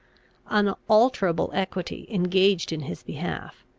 unalterable equity engaged in his behalf,